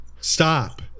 stop